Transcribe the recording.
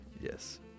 yes